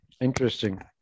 Interesting